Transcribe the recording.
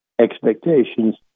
expectations